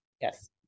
Yes